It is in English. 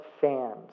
fans